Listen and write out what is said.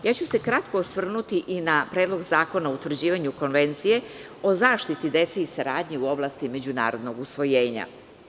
Kratko ću se osvrnuti i na Predlog zakona o utvrđivanju Konvencije o zaštiti dece i saradnji u oblasti međunarodnog usvojenja.